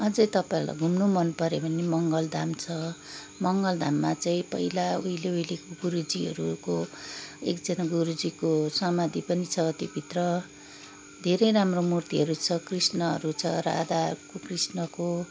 अझै तपाईँहरूलाई घुम्नु मन पऱ्यो भने मङ्गल धाम छ मङ्गल धाममा चाहिँ पहिला पहिला उहिलेको गुरुजीहरूको एकजना गुरुजीको समाधि पनि छ त्योभित्र धेरै राम्रो मूर्तिहरू छ कृष्णहरू छ राधाको कृष्णको